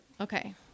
okay